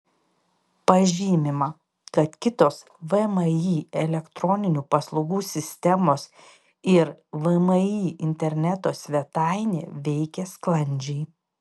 pažymima kad kitos vmi elektroninių paslaugų sistemos ir vmi interneto svetainė veikia sklandžiai